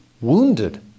wounded